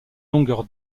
longueur